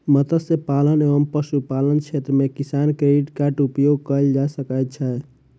मत्स्य पालन एवं पशुपालन क्षेत्र मे किसान क्रेडिट कार्ड उपयोग कयल जा सकै छै